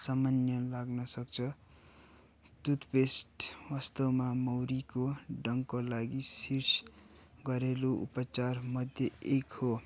सामान्य लाग्न सक्छ तुथपेस्ट वास्तवमा मौरीको डङ्कको लागि शिर्ष घरेलु उपचारमध्ये एक हो